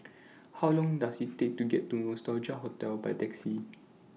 How Long Does IT Take to get to Nostalgia Hotel By Taxi